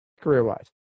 career-wise